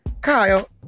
Kyle